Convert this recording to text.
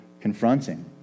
confronting